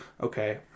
okay